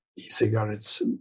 e-cigarettes